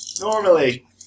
Normally